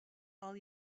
all